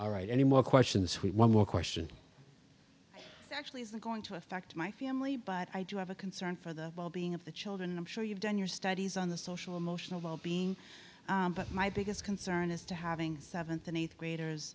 all right any more questions one more question actually it's not going to affect my family but i do have a concern for the well being of the children and i'm sure you've done your studies on the social emotional wellbeing but my biggest concern is to having seventh and eighth graders